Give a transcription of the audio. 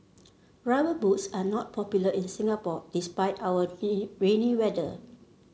rubber boots are not popular in Singapore despite our rainy weather